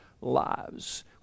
lives